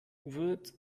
wird